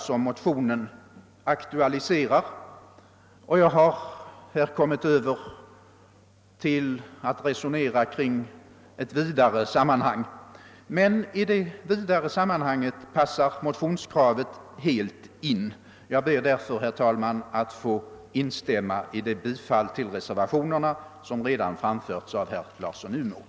Jag har här kommit över till att resonera kring ett vidare sammanhang. Men i detta vidare sammanhang passar motionskravet helt in. Jag ber därför, herr talman, att få instämma i det yrkande om bifall till reservationerna som redan framförts av herr Larsson i Umeå.